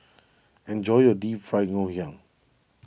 enjoy your Deep Fried Ngoh Hiang